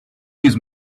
use